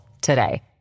today